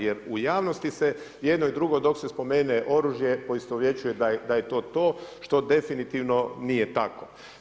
Jer u javnosti se jedno i drugo dok se spomene oružje poistovjećuje da je to to što definitivno nije tako.